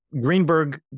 Greenberg